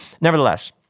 Nevertheless